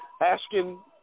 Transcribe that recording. asking